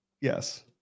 Yes